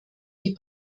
die